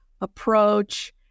approach